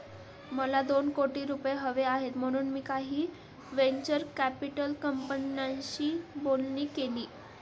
मला दोन कोटी रुपये हवे आहेत म्हणून मी काही व्हेंचर कॅपिटल कंपन्यांशी बोलणी केली